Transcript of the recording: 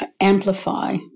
amplify